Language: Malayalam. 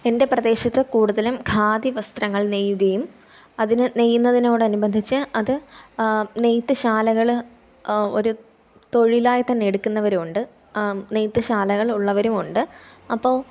എൻ്റെ പ്രദേശത്ത് കൂടുതലും ഖാദി വസ്ത്രങ്ങൾ നെയ്യുകയും അതിന് നെയ്യുന്നതിനോടനുബന്ധിച്ച് അത് നെയ്ത്തുശാലകള് ഒരു തൊഴിലായിത്തന്നെ എടുക്കുന്നവരൂണ്ട് നെയ്ത്തുശാലകൾ ഉള്ളവരും ഉണ്ട് അപ്പോള്